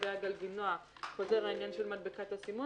שלגבי הגלגינוע חוזר העניין של מדבקת הסימון